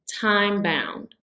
time-bound